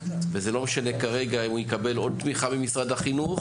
וזה לא משנה כרגע אם הוא יקבל עוד תמיכה ממשרד החינוך,